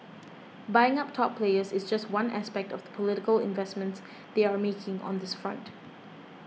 buying up top players is just one aspect of the political investments they are making on this front